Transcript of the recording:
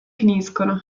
finiscono